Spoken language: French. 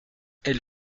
elle